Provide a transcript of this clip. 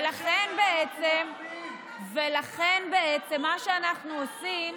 ולכן מה שאנחנו עושים,